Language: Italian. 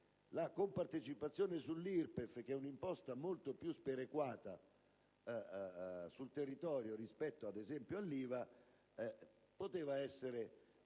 la compartecipazione sull'IRPEF, che è un'imposta molto più sperequata sul territorio rispetto, ad esempio, all'IVA, poteva essere